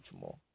more